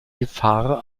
gefahr